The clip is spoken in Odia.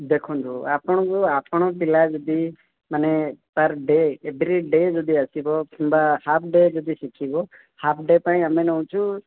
ଦେଖନ୍ତୁ ଆପଣଙ୍କୁ ଆପଣଙ୍କ ପିଲା ଯଦି ମାନେ ପର୍ ଡେ ଏଭ୍ରିଡ଼େ ଯଦି ଆସିବ କିମ୍ବା ହାପ୍ ଡେ ଯଦି ଶିଖିବ ହାପ୍ ଡେ ପାଇଁ ଆମେ ନେଉଛୁ